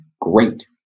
great